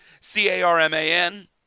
C-A-R-M-A-N